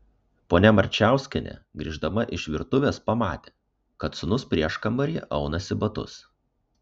ponia marčiauskienė grįždama iš virtuvės pamatė kad sūnus prieškambaryje aunasi batus